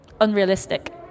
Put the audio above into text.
unrealistic